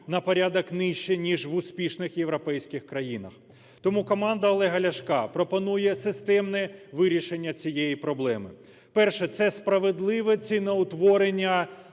на порядок нижча ніж в успішних європейських країнах. Тому команда Олега Ляшка пропонує системне вирішення цієї проблеми. Перше – це справедливе ціноутворення